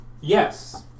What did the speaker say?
Yes